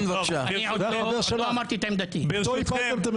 לא הצלחתי להוציא